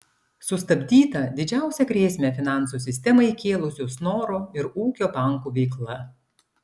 sustabdyta didžiausią grėsmę finansų sistemai kėlusių snoro ir ūkio bankų veikla